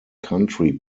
country